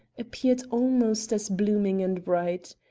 appeared almost as blooming and bright.